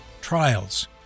trials